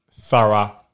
thorough